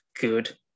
good